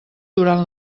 durant